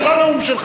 זה לא נאום שלך,